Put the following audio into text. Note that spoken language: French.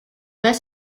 pas